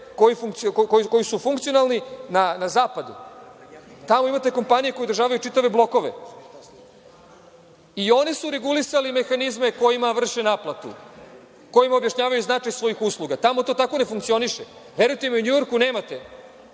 koji su funkcionalni na zapadu. Tamo imate kompanije koje održavaju čitave blokove. I one su regulisale mehanizme kojima vrše naplatu, kojima objašnjavaju značaj svojih usluga. Tamo to tako ne funkcioniše. Verujte mi, u Njujorku nemate